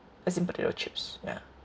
as in potato chips ya